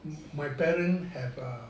my parents have err